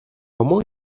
comment